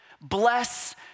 bless